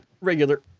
Regular